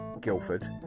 Guildford